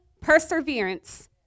perseverance